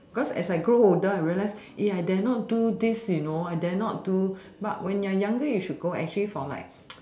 because as I grow older I realize I dare not do this you know I dare not do but when you are younger you should for actually like